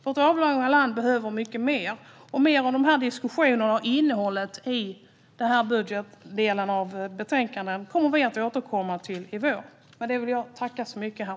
Vårt avlånga land behöver mycket mer. Mer om dessa diskussioner och innehållet i denna budgetdel av betänkandet kommer vi att återkomma till i vår.